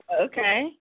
Okay